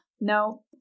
no